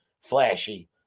flashy